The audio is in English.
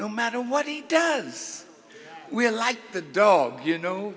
no matter what he does we are like the dog you know